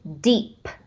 deep